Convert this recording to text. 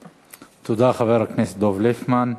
תודה, חבר הכנסת דב ליפמן.